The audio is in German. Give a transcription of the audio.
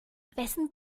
wessen